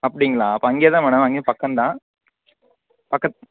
அப்படிங்களா அப்போ அங்கேயே தான் மேடம் அங்கேருந்து பக்கம் தான் பக்கத்து